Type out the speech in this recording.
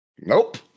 Nope